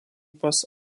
pas